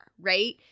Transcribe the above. right